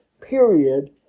period